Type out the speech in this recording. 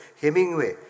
Hemingway